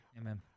Amen